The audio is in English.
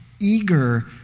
eager